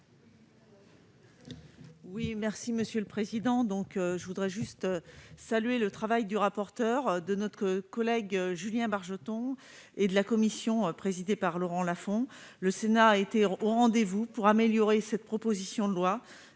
explication de vote. Je tiens à saluer le travail de M. le rapporteur, notre collègue Julien Bargeton, et de la commission présidée par Laurent Lafon. Le Sénat a été au rendez-vous pour améliorer cette proposition de loi.